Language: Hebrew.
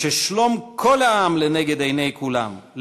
כששלום כל העם לנגד עיני כולם,